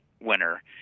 winner